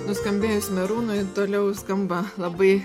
nuskambėjus merūnui toliau skamba labai